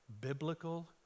biblical